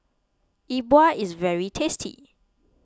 E Bua is very tasty